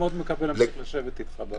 מאוד מקווה להמשיך לשבת איתך בוועדה.